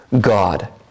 God